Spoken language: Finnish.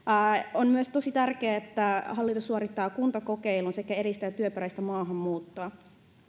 on myös tosi tärkeää että hallitus suorittaa kuntakokeilun sekä edistää työperäistä maahanmuuttoa